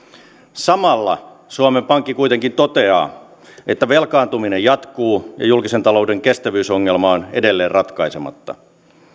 samalla suomen pankki kuitenkin toteaa että velkaantuminen jatkuu ja julkisen talouden kestävyysongelma on edelleen ratkaisematta